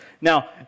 Now